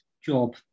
job